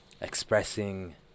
Expressing